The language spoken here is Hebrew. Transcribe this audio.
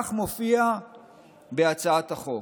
כך מופיע בהצעת החוק: